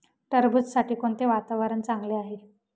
टरबूजासाठी कोणते वातावरण चांगले आहे?